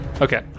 Okay